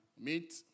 meet